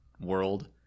world